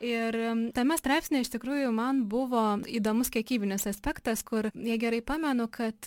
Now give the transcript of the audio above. ir tame straipsnyje iš tikrųjų man buvo įdomus kiekybinis aspektas kur jei gerai pamenu kad